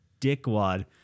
dickwad